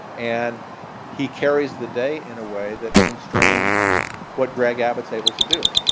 and he carries the day in a way that constrains what greg abbott's able to do,